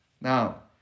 Now